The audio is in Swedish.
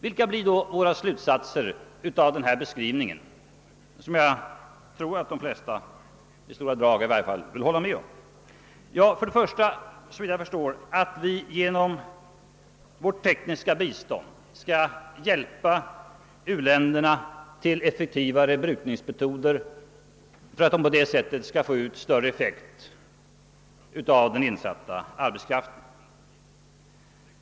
Vilka blir då våra slutsatser av denna beskrivning, som jag tror att de flesta kan acceptera åtminstone i stora drag? Jo att vi för det första genom tekniskt bistånd skall hjälpa u-länderna till effektivare brukningsmetoder för att de på det sättet skall få ut större effekt av den insatta arbetskraften.